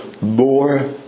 more